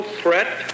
threat